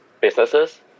businesses